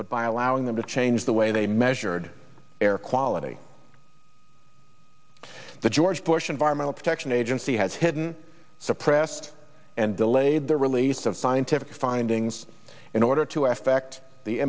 but by allowing them to change the way they measured air quality the george bush environmental protection agency has hidden suppressed and delayed the release of scientific findings in order to affect the